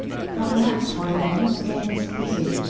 from that point on the game is easy.